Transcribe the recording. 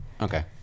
Okay